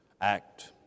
act